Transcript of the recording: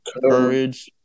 Courage